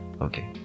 okay